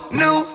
new